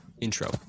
intro